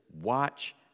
watch